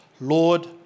Lord